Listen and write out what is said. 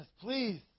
please